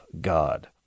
God